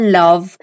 love